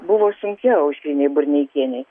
buvo sunkiau aušrinei burneikienei